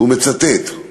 והוא מצטט: